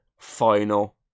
final